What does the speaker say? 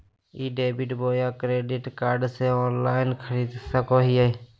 ई debit बोया credit card से online खरीद सको हिए?